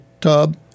tub